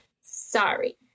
Sorry